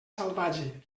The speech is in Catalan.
salvatge